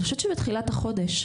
אני חושבת שבתחילת החודש.